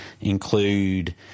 include